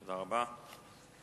תודה רבה.